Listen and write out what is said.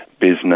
business